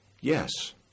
Yes